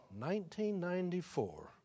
1994